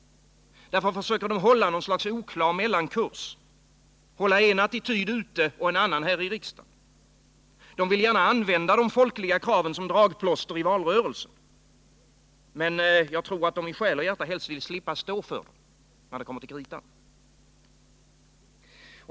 Därför försöker man hålla ett slags mellankurs, hålla en attityd ute och en annan här i riksdagen. De vill gärna använda de folkliga kraven som dragplåster i valrörelsen, men jag tror att de i själ och hjärta helst vill slippa stå för dem när det kommer till kritan.